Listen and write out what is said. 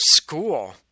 school